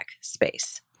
space